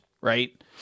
right